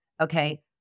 Okay